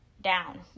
down